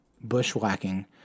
bushwhacking